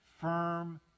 firm